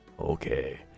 Okay